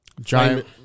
giant